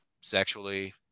sexually